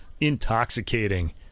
intoxicating